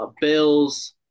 Bills